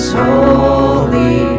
holy